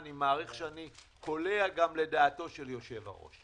אני מעריך שאני קולע גם לדעתו של היו"ר.